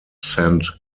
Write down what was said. saint